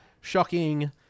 shocking